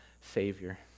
Savior